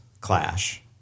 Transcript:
clash